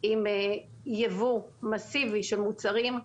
עם יבוא מסיבי של מוצרים.